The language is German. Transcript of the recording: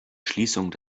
schließung